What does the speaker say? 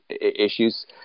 issues